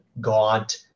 gaunt